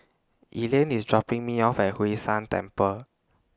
Elaine IS dropping Me off At Hwee San Temple